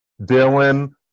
Dylan